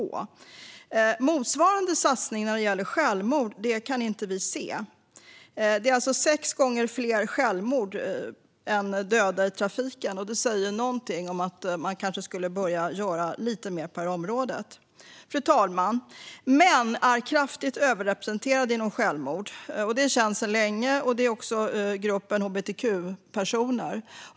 Vi ser inte motsvarande satsning när det gäller självmord trots att det dör sex gånger fler i självmord än i trafiken. Alltså borde det göras mycket mer på detta område. Fru talman! Män är kraftigt överrepresenterade när det gäller självmord. Det är känt sedan länge. Detsamma gäller gruppen hbtq-personer.